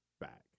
back